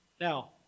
Now